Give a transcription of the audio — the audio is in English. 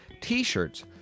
T-shirts